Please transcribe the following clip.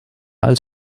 als